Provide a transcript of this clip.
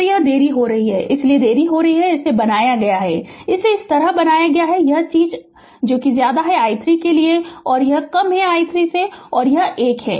तो यह देरी हो रही है इसलिए देरी हो रही है इसे बनाया गया है इसे इस तरह बनाया गया है यह चीज i 3 है और यह i 3 है और यह 1 है